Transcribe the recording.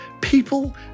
people